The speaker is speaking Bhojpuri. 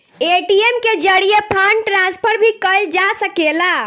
ए.टी.एम के जरिये फंड ट्रांसफर भी कईल जा सकेला